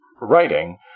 writing